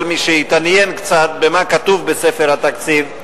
כל מי שהתעניין קצת במה כתוב בספר התקציב,